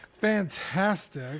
Fantastic